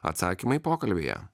atsakymai pokalbyje